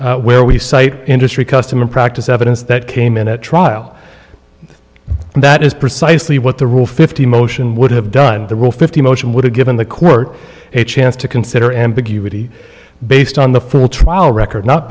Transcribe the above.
sites where we cite industry custom and practice evidence that came in at trial and that is precisely what the rule fifty motion would have done the rule fifty motion would have given the court a chance to consider ambiguity based on the full trial record not